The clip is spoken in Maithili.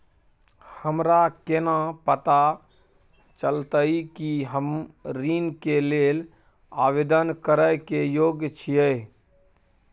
हमरा केना पता चलतई कि हम ऋण के लेल आवेदन करय के योग्य छियै?